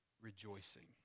rejoicing